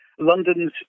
London's